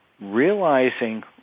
realizing